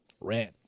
Rent